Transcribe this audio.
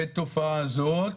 בתופעה זאת